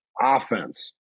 Offense